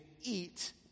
eat